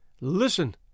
Listen